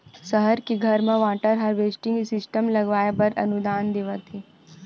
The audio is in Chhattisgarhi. सहर के घर म वाटर हारवेस्टिंग सिस्टम लगवाए बर अनुदान देवत हे